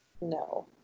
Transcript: no